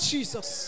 Jesus